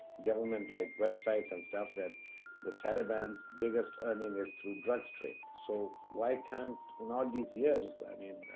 government like websites and stuff that the taliban's biggest earning is through drugs trade. so why can't in all these years, i mean,